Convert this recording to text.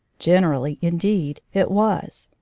generally, indeed, it was!